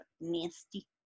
nasty